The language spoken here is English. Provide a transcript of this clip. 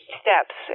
steps